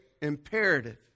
imperative